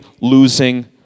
losing